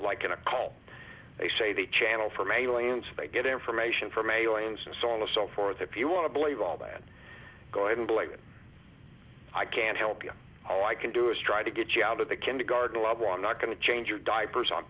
like in a call they say they channel for malians they get information from aliens and so on and so forth if you want to believe all that go ahead and believe it i can't help you all i can do is try to get you out of the kindergarten level i'm not going to change your diapers